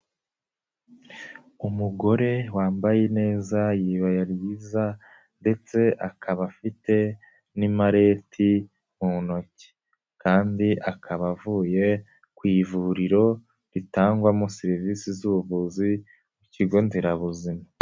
Umugore wambaye neza iribaya ryiza ndetse akaba afite n'imareti mu ntoki kandi akaba avuye ku ivuriro ritangwamo serivisi z'ubuvuzi ku kigo nderabuzima.